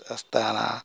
Astana